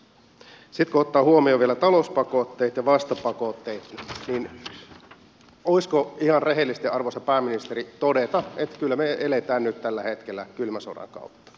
sitten kun ottaa huomioon vielä talouspakotteet ja vastapakotteet niin olisiko ihan rehellistä arvoisa pääministeri todeta että kyllä me elämme nyt tällä hetkellä kylmän sodan kautta